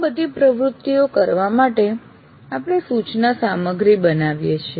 આ બધી પ્રવૃત્તિઓ કરવા માટે આપણે સૂચના સામગ્રી બનાવીએ છીએ